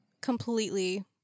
completely